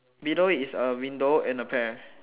below it is a window and a pear